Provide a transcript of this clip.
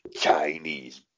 Chinese